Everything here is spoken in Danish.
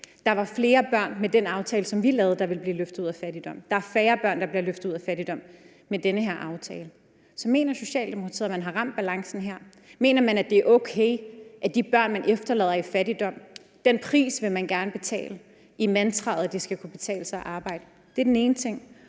Der var med den aftale, som vi lavede, flere børn, der ville blive løftet ud af fattigdom. Der er færre børn, der bliver løftet ud af fattigdom med den her aftale. Så mener Socialdemokratiet, at man har ramt balancen her? Vil man gerne betale den pris, at man efterlader de børn i fattigdom, af hensyn til mantraet om, at det skal kunne betale sig arbejde? Det er den ene ting.